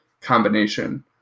combination